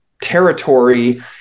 territory